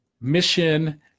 mission